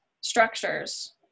structures